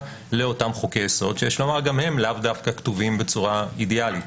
לאותם חוקי יסוד שגם הם לאו דווקא כתובים בצורה אידיאלית.